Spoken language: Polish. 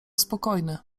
spokojny